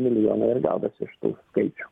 milijonai ir gaunas iš tų skaičių